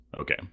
okay